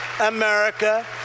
America